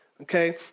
okay